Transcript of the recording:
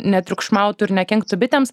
netriukšmautų ir nekenktų bitėms